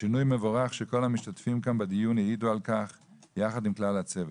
שינוי מבורך שכל המשתתפים כאן בדיון העידו על כך יחד עם כלל הצוות.